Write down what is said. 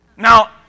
Now